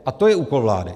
A to je úkol vlády.